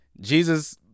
Jesus